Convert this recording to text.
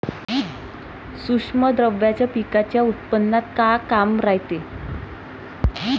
सूक्ष्म द्रव्याचं पिकाच्या उत्पन्नात का काम रायते?